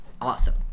awesome